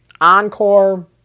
Encore